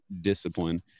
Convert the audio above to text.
discipline